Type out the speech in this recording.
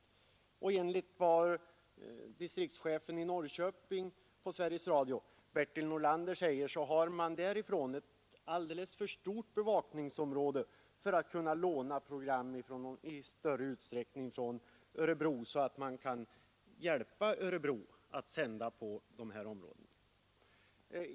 Enligt vad Sveriges Radios distriktschef i Norrköping, Bertil Norlander, säger har man ett alldeles för stort bevakningsområde för att i någon större utsträckning kunna låna program från Örebro så att man kan hjälpa Örebro att sända på de här områdena.